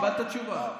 קיבלת תשובה.